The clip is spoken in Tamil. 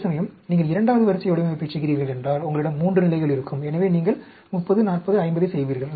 அதேசமயம் நீங்கள் இரண்டாவது வரிசை வடிவமைப்பைச் செய்கிறீர்கள் என்றால் உங்களிடம் 3 நிலைகள் இருக்கும் எனவே நீங்கள் 30 40 50 ஐ செய்வீர்கள்